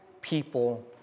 people